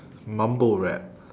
mumble rap